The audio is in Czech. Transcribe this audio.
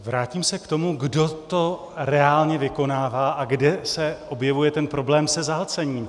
Vrátím se k tomu, kdo to reálně vykonává a kde se objevuje ten problém se zahlcením.